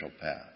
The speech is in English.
path